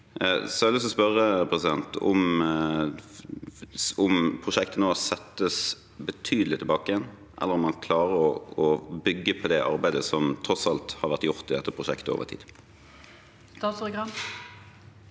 lyst til å spørre om prosjektet nå settes betydelig tilbake, eller om man klarer å bygge på det arbeidet som tross alt har vært gjort i dette prosjektet over tid.